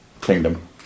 kingdom